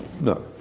No